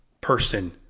person